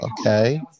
okay